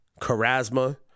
charisma